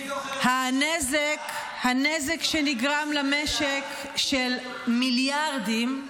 מי זוכר --- הנזק שנגרם למשק של מיליארדים,